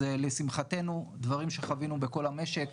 אז לשמחתנו דברים שחווינו בכל המשק,